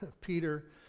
Peter